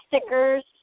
Stickers